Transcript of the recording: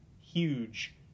huge